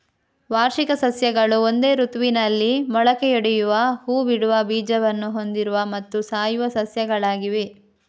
ವಾರ್ಷಿಕ ಸಸ್ಯಗಳು ಒಂದೇ ಋತುವಿನಲ್ಲಿ ಮೊಳಕೆಯೊಡೆಯುವ ಹೂ ಬಿಡುವ ಬೀಜವನ್ನು ಹೊಂದಿರುವ ಮತ್ತು ಸಾಯುವ ಸಸ್ಯಗಳಾಗಿವೆ